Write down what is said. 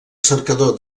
cercador